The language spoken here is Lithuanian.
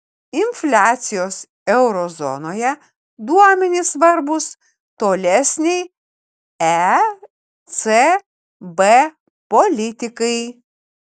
infliacijos euro zonoje duomenys svarbūs tolesnei ecb politikai